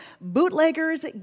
bootleggers